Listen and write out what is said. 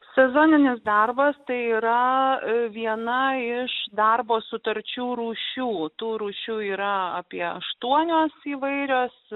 sezoninis darbas tai yra viena iš darbo sutarčių rūšiuotų rūšių yra apie aštuonios įvairios